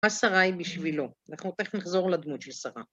מה שרה היא בשבילו? אנחנו תכף נחזור לדמות של שרה.